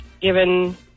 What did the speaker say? Given